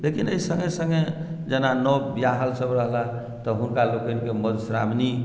लेकिन एहि सङ्गे सङ्गे जेना नव बियाहलसभ रहला तऽ हुनका लोकनिकेँ मधुश्रावणी